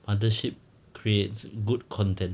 mothership creates good content